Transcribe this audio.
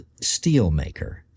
steelmaker